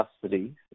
custody